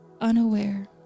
unaware